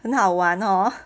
很好玩 hor